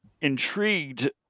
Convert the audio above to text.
intrigued